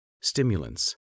stimulants